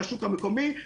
לשוק המקומי,